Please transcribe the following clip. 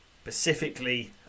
Specifically